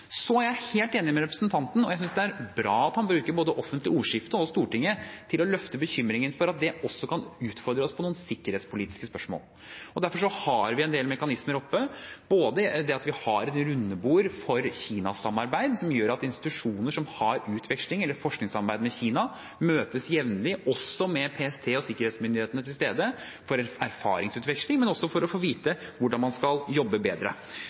er helt enig med representanten og syns det er bra at han bruker både det offentlige ordskiftet og Stortinget til å løfte bekymringen for at det også kan utfordre oss på noen sikkerhetspolitiske spørsmål. Derfor har vi en del mekanismer oppe, f.eks. det at vi har et rundebord for Kina-samarbeid som gjør at institusjoner som har utveksling eller forskningssamarbeid med Kina, møtes jevnlig – også med PST og sikkerhetsmyndighetene til stede – for erfaringsutveksling, men også for å få vite hvordan man skal jobbe bedre.